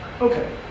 Okay